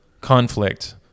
conflict